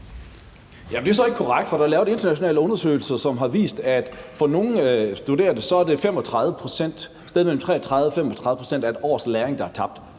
Det er så ikke korrekt, for der er lavet internationale undersøgelser, som har vist, at for nogle studerende er det et sted mellem 33 og 35 pct.